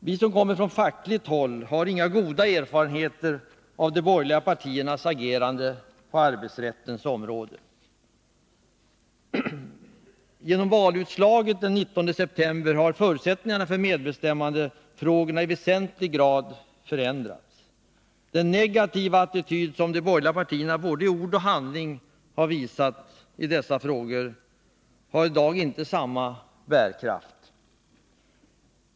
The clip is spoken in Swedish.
Vi som kommer från fackligt håll har inga goda erfarenheter av de borgerliga partiernas agerande på arbetsrättens område. Genom valutslaget den 19 september har förutsättningarna i medbestämmandefrågor väsentligen förändrats. Den negativa attityd som de borgerliga partierna både i ord och handling har visat i dessa frågor har i dag inte samma bärkraft.